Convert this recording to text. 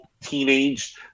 Teenage